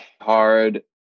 hard